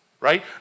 Right